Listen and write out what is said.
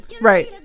Right